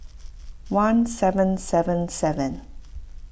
one seven seven seven